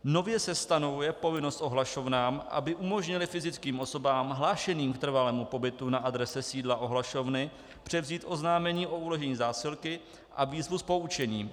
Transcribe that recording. Nově se stanovuje povinnost ohlašovnám, aby umožnily fyzickým osobám hlášeným k trvalému pobytu na adrese sídla ohlašovny převzít oznámení o uložení zásilky a výzvu s poučením.